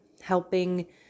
helping